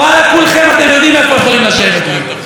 ואללה, כולכם, אתם יודעים איפה יכולים לשבת לי.